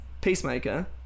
Peacemaker